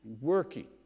Working